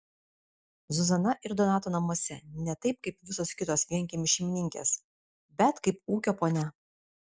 zuzana ir donato namuose ne taip kaip visos kitos vienkiemių šeimininkės bet kaip ūkio ponia